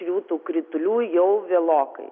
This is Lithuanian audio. jau tų kritulių jau vėlokai